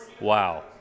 wow